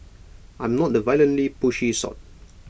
I'm not the violently pushy sort